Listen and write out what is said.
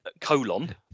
colon